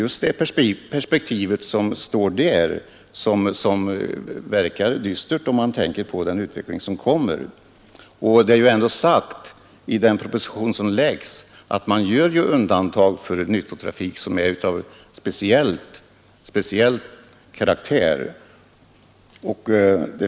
Utsikterna verkar dystra om man tänker på den utveckling som kommer. Och i propositionen har det ju ändå sagts att man gör undantag för nyttotrafik som är av speciell karaktär.